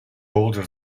older